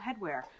headwear